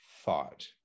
thought